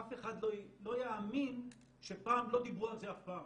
אף אחד לא יאמין שפעם לא דיברו על זה אף פעם.